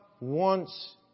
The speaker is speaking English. wants